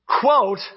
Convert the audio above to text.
quote